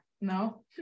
no